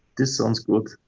this sounds good.